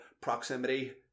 proximity